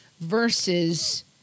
versus